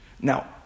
Now